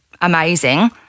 amazing